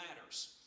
matters